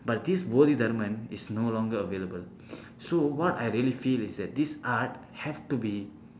but this bodhidharma is no longer available so what I really feel is that this art have to be